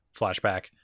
flashback